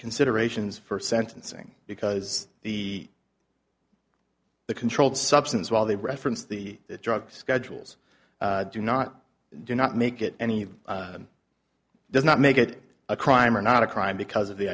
considerations for sentencing because the the controlled substance while the reference the drug schedules do not do not make it any does not make it a crime or not a crime because of the